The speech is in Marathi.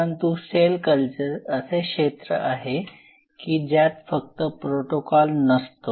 परंतु सेल कल्चर असे क्षेत्र आहेत की ज्यात फक्त प्रोटोकॉल नसतो